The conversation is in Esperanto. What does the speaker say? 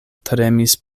tremis